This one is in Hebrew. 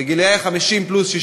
גילאי 50 פלוס,